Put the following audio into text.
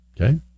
Okay